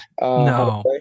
No